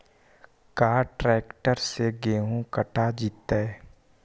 का ट्रैक्टर से गेहूं कटा जितै?